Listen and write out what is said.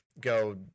go